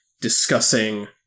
discussing